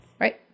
Right